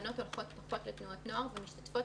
בנות הולכות פחות לתנועות נוער ופחות משתתפות